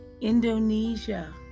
Indonesia